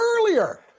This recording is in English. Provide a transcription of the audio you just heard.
earlier